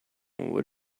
are